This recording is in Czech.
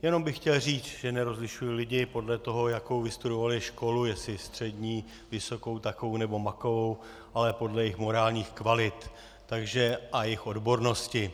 Jenom bych chtěl říct, že nerozlišuji lidi podle toho, jakou vystudovali školu, jestli střední, vysokou, takovou nebo makovou, ale podle jejich morálních kvalit a jejich odbornosti.